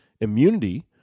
Immunity